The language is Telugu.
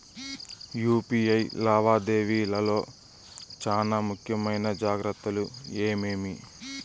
యు.పి.ఐ లావాదేవీల లో చానా ముఖ్యమైన జాగ్రత్తలు ఏమేమి?